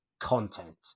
content